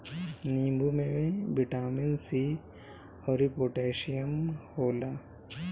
नींबू में vitamin C अउरी पोटैशियम होला